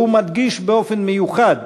והוא מדגיש באופן מיוחד